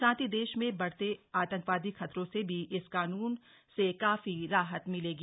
साथ ही देश में बढ़ते आतंकवादी खतरों से भी इस कानून से काफी राहत मिलेगी